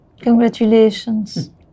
Congratulations